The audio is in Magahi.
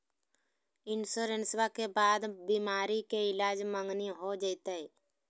इंसोरेंसबा के बाद बीमारी के ईलाज मांगनी हो जयते?